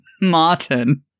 Martin